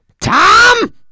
tom